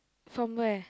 from where